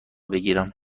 بگیرم